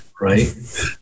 right